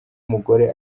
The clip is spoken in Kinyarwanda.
umugore